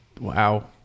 wow